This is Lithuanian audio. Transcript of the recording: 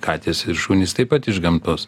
katės ir šunys taip pat iš gamtos